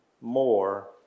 more